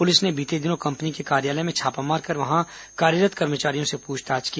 police ने बीते दिनों कंपनी के कार्यालय में छापा मारकर वहां कार्यरत् कर्मचारियों से पूछताछ की